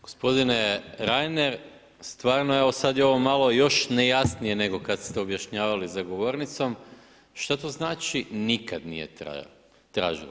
Gospodine Reiner, stvarno evo sad je ovo malo još nejasnije nego kad ste objašnjavali za govornicom, što to znači „nikad nije tražilo“